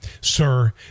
sir